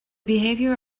behavior